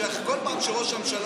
שכל פעם שראש הממשלה